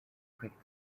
cricket